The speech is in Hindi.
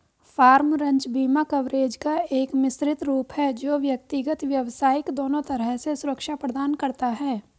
फ़ार्म, रंच बीमा कवरेज का एक मिश्रित रूप है जो व्यक्तिगत, व्यावसायिक दोनों तरह से सुरक्षा प्रदान करता है